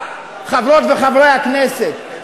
חברות וחברי הכנסת?